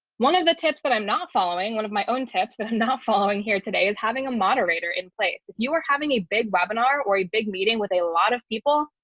one of the tips that i'm not following one of my own tips that i'm not following here today is having a moderator in place. if you are having a big webinar or a big meeting with a lot of people,